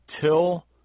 till